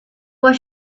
what